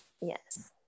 yes